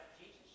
Jesus